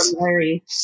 Larry